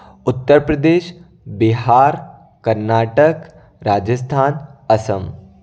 Uttar Pradesh Bihar Karnataka Rajasthan Assam